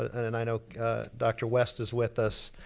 and and i know dr. west is with us.